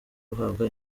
guhabwa